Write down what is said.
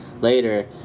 later